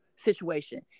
Situation